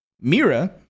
Mira